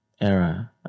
era